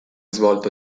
svolto